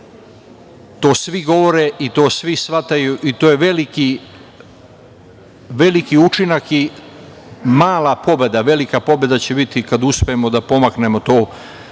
to svi govore i to svi shvataju i to je veliki učinak i mala pobeda. Velika pobeda će biti kada uspemo da pomaknemo to,